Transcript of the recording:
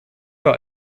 war